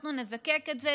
אנחנו נזקק את זה,